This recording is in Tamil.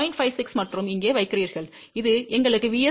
56 மற்றும் இங்கே வைக்கிறீர்கள் அது எங்களுக்கு VSWR 3